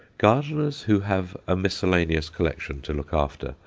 gardeners who have a miscellaneous collection to look after,